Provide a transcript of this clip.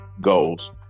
goals